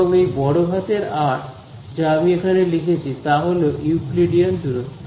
এবং এই বড় হাতের আর যা আমি এখানে লিখেছি তা হল ইউক্লিডিয়ান দূরত্ব